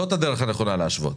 זאת הדרך הנכונה להשוות,